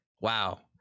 wow